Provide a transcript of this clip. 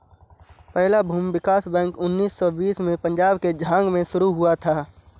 पहला भूमि विकास बैंक उन्नीस सौ बीस में पंजाब के झांग में शुरू हुआ था